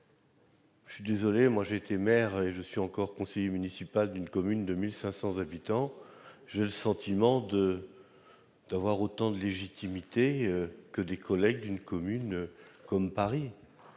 d'élus municipaux ! J'ai été maire et je suis encore conseiller municipal d'une commune de 1 500 habitants ; j'ai le sentiment d'avoir autant de légitimité que des collègues d'une commune comme Paris.